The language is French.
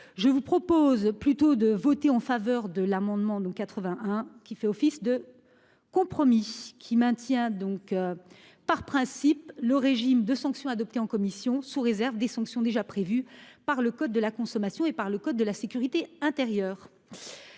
Je vous propose d'adopter l'amendement n° 81, qui fait figure de compromis puisqu'il maintient, par principe, le régime de sanctions adopté en commission, sous réserve des sanctions déjà prévues par le code de la consommation et par le code de la sécurité intérieure.